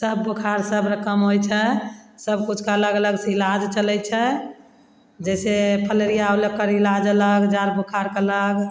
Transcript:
सब बोखार सब रकम होइ छै सब किछुके अलग अलग इलाज चलय छै जैसे फलेरिया होलय ओकर इलाज अलग जाड़ बोखारके अलग